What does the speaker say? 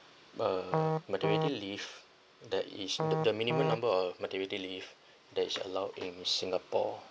uh maternity leave that is the minimum number of maternity leave that is allowed in singapore